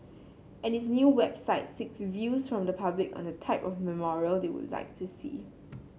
and its new website seeks views from the public on the type of memorial they would like to see